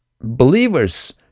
believers